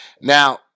Now